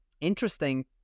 Interesting